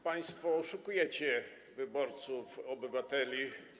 Państwo oszukujecie wyborców, obywateli.